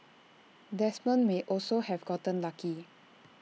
Desmond may also have gotten lucky